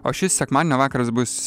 o šis sekmadienio vakaras bus